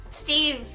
Steve